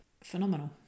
phenomenal